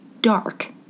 dark